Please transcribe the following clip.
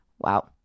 Wow